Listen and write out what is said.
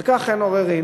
על כך אין עוררין.